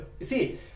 see